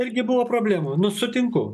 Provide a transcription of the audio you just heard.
irgi buvo problemų nu sutinku